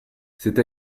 c’est